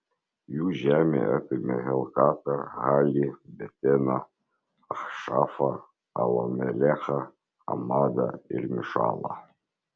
jų žemė apėmė helkatą halį beteną achšafą alamelechą amadą ir mišalą